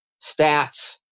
stats